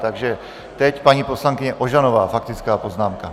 Takže teď paní poslankyně Ožanová faktická poznámka.